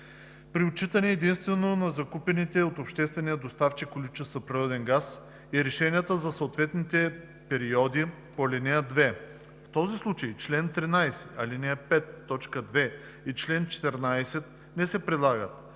при отчитане единствено на закупените от обществения доставчик количества природен газ и решенията за съответните периоди по ал. 2. В този случай чл. 13, ал. 5, т. 2 и чл. 14 не се прилагат.